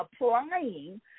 applying